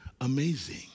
amazing